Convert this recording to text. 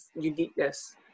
uniqueness